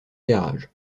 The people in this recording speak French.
garage